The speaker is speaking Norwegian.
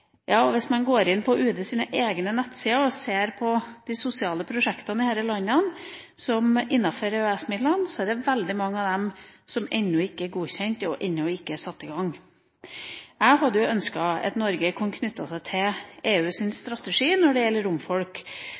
Hvis man går inn på UDs egne nettsider og ser på de sosiale prosjektene i disse landene når det gjelder EØS-midler, er det veldig mange av dem som ennå ikke er godkjent, og ennå ikke er satt i gang. Jeg hadde ønsket at Norge kunne knytte seg til EUs strategi når det gjelder romfolk,